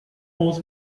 old